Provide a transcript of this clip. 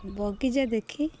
ବଗିଚା ଦେଖି